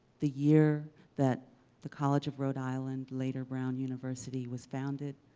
the year that the college of rhode island later brown university was founded,